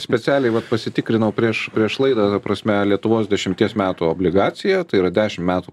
specialiai vat pasitikrinau prieš prieš laidą ta prasme lietuvos dešimties metų obligaciją tai yra dešim metų